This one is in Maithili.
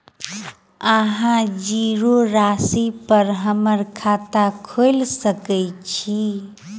अहाँ जीरो राशि पर हम्मर खाता खोइल सकै छी?